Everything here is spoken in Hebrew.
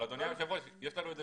אבל יש לנו את זה